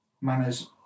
manners